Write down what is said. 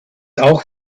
auch